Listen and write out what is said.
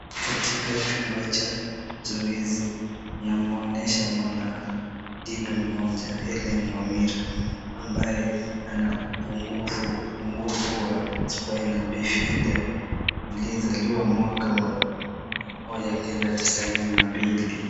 Katika chumba cha zoezi, inamuonyesha mwanagindo mmoja Hellen Wawira, ambaye ana upungufu, upungufu wa Spina Bifida. Alizaliwa mwaka wa mia moja kenda tisaini na mbili.